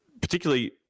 particularly